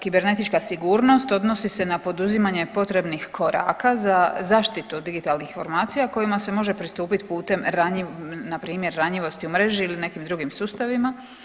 Kibernetička sigurnost odnosi se na poduzimanje potrebnih koraka za zaštitu digitalnih informacija kojima se može pristupit putem npr. ranjivosti u mreži ili u nekim drugim sustavima.